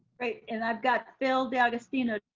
great, and i've got phil d'agostino.